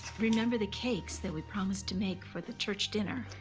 remember the cakes that we promised to make for the church dinner.